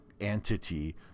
entity